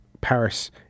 Paris